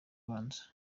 ubanza